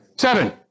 Seven